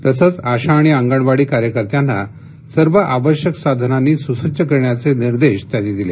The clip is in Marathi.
तसंच आशा आणि अंगणवाडी कार्यकर्त्यांना सर्व आवश्यक साधनांनी सुसज्ज करण्याचे निर्देश त्यांनी दिले